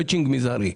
מצ'ינג מזערי.